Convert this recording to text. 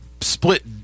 split